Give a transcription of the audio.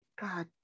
God